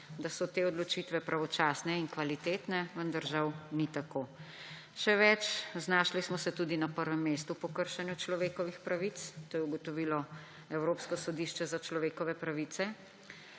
da so te odločitve pravočasne in kvalitetne, vendar žal ni tako. Še več, znašli smo se tudi na prvem mestu po kršenju človekovih pravic. To je ugotovilo Evropsko sodišče za človekove pravice.